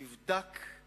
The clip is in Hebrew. נבדק,